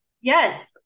Yes